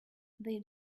they